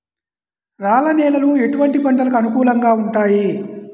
రాళ్ల నేలలు ఎటువంటి పంటలకు అనుకూలంగా ఉంటాయి?